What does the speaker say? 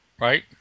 Right